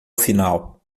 final